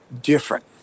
different